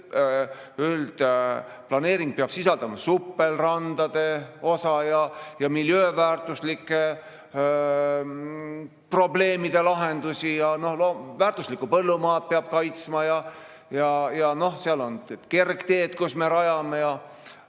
üldplaneering peab sisaldama supelrandade osa ja miljööväärtuslike probleemide lahendusi ning väärtuslikku põllumaad peab kaitsma ja seal on kergteed, mida me rajame ja ...